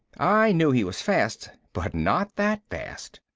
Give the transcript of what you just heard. i knew he was fast, but not that fast.